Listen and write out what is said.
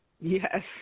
Yes